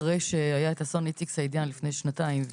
אחרי שהיה את אסון איציק סעידיאן לפני שנתיים,